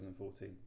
2014